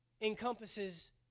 encompasses